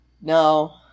no